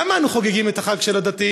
למה אנחנו חוגגים את החג של הדתיים?